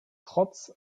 trotz